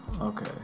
Okay